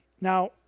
Now